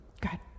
good